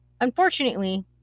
Unfortunately